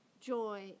joy